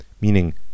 Meaning